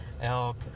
elk